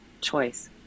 choice